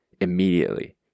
Immediately